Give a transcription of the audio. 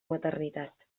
maternitat